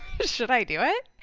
should i do it?